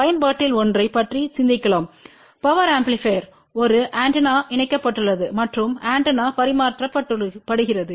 பயன்பாட்டில் ஒன்றைப் பற்றி சிந்திக்கலாம் பவர் ஆம்பிளிபையர் ஒரு ஆண்டெனாவுடன் இணைக்கப்பட்டுள்ளது மற்றும் ஆண்டெனா பரிமாற்றப்படுகிறது